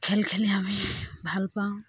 খেল খেলি আমি ভালপাওঁ